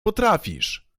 potrafisz